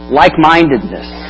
like-mindedness